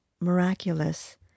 miraculous